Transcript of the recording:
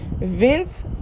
Vince